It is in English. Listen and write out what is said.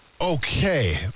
Okay